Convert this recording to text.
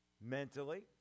mentally